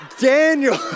Daniel